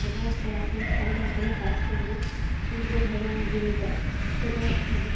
সেটাও একটা রাসয়নিক সারের মতনই কাজ করবে উর্বর হবে আমার জমিটা সেটাও একটা দিক